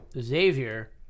Xavier